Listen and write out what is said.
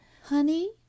Honey